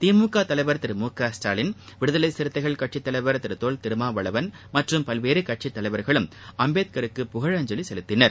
திமுக தலைவர் திரு மு க ஸ்டாலின் விடுதலை சிறுத்தைகள் கட்சித் தலைவர் திரு தொல் திருமாவளவன் மற்றும் பல்வேறு கட்சித் தலைவர்களும் அம்பேத்கருக்கு புகழஞ்சலி செலுத்தினர்